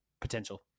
potential